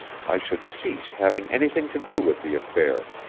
i should cease having anything to do with the affair,